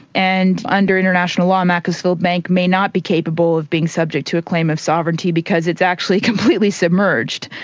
and under international law macclesfield bank may not be capable of being subject to a claim of sovereignty because it's actually completely submerged.